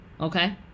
okay